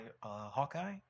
Hawkeye